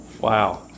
wow